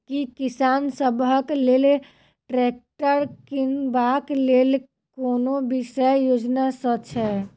की किसान सबहक लेल ट्रैक्टर किनबाक लेल कोनो विशेष योजना सब छै?